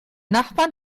nachbarn